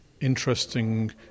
interesting